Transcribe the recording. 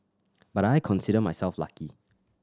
but I consider myself lucky